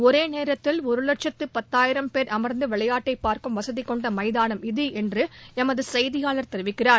ஒரே நேரத்தில் ஒரு வட்சத்து பத்தாயிரம் பேர் அமர்ந்து விளையாட்டைப் பார்க்கும் வசதிகொண்ட மைதானம் இது என்று எமது செய்தியாளர் தெரிவிக்கிறார்